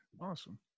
Awesome